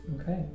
Okay